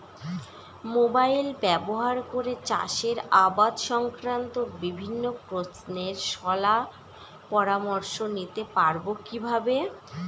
Mobile ব্যাবহার করে চাষের আবাদ সংক্রান্ত বিভিন্ন প্রশ্নের শলা পরামর্শ নিতে পারবো কিভাবে?